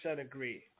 agree